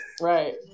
right